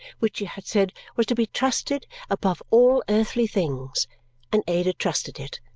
which she had said was to be trusted above all earthly things and ada trusted it.